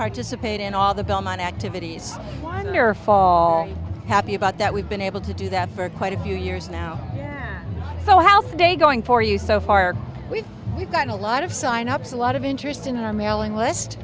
participate in all the belmont activities wonderfalls happy about that we've been able to do that for quite a few years now so health day going for you so far we've we've gotten a lot of sign ups a lot of interest in our mailing list